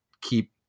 keep